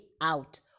out